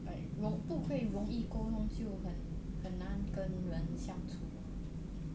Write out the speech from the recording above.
like 容不会容易沟通就很难跟跟人相处 mah